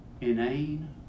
inane